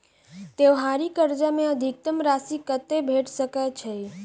त्योहारी कर्जा मे अधिकतम राशि कत्ते भेट सकय छई?